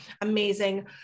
amazing